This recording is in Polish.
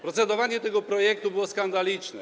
Procedowanie tego projektu było skandaliczne.